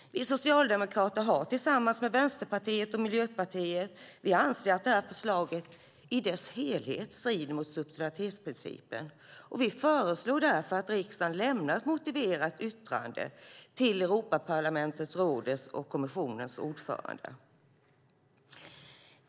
Vi socialdemokrater anser tillsammans med Vänsterpartiet och Miljöpartiet att förslaget i dess helhet strider mot subsidiaritetsprincipen. Vi föreslår därför att riksdagen lämnar ett motiverat yttrande till Europaparlamentets, rådets och kommissionens ordförande.